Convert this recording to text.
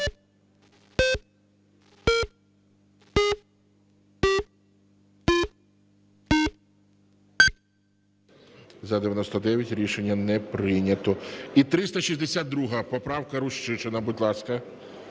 За-99 Рішення не прийнято. І 362 поправка Рущишина. Будь ласка.